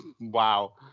Wow